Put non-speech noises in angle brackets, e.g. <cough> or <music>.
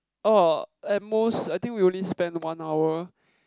orh at most I think we only spend one hour <breath>